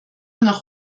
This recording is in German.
nach